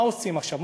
מה עושים עכשיו?